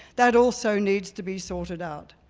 that also needs to be sorted out.